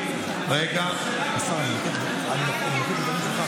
אדוני, השר לביטחון לאומי עמד לפני כמה